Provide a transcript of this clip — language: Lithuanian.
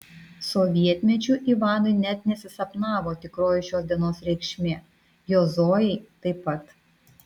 sovietmečiu ivanui net nesisapnavo tikroji šios dienos reikšmė jo zojai taip pat